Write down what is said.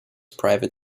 private